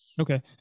okay